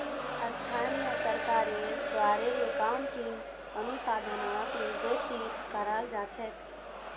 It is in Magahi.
स्थानीय सरकारेर द्वारे अकाउन्टिंग अनुसंधानक निर्देशित कराल जा छेक